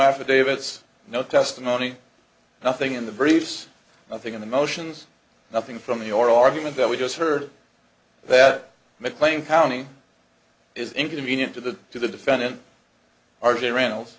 affidavits no testimony nothing in the briefs nothing in the motions nothing from the oral argument that we just heard that mclean county is inconvenient to the to the defendant r j reynolds